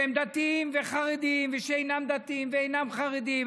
שהם דתיים וחרדים ושאינם דתיים ואינם חרדים,